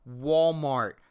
Walmart